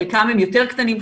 חלקם יותר קטנים,